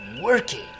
working